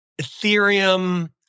Ethereum